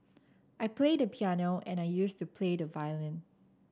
I play the piano and I used to play the violin